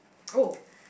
oh